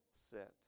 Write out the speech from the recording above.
set